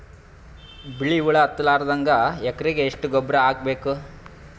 ಬಿಳಿ ಹುಳ ಹತ್ತಲಾರದಂಗ ಎಕರೆಗೆ ಎಷ್ಟು ಗೊಬ್ಬರ ಹಾಕ್ ಬೇಕು?